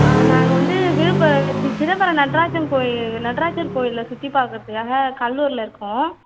நாங்கள் வந்து விழுப்புரம் சி சிதம்பரம் நடராஜன் கோயில் நடராஜர் கோயிலில் சுற்றி பார்க்கறதுக்காக கடலூரில் இருக்கோம்